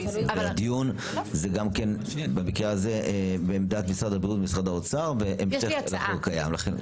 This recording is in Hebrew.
והדיון בעמדת משרד הבריאות ומשרד האוצר להמשך החוק הקיים.